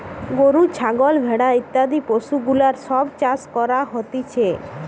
গরু, ছাগল, ভেড়া ইত্যাদি পশুগুলার সব চাষ করা হতিছে